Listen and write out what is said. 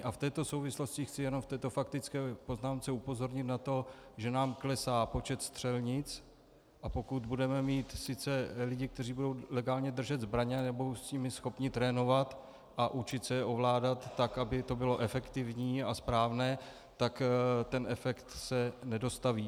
V této souvislosti chci jenom v této faktické poznámce upozornit na to, že nám klesá počet střelnic, a pokud budeme mít sice lidi, kteří budou legálně držet zbraně a nebudou s nimi schopni trénovat a učit se je ovládat, tak aby to bylo efektivní a správné, tak ten efekt se nedostaví.